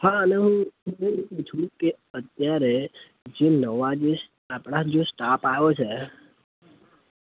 હા અને હું કે અત્યારે જે નવા જે આપણા જે સ્ટાફ આવ્યો છે